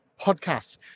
Podcast